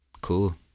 cool